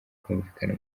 kumvikana